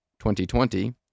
2020